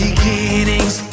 Beginnings